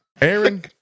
Aaron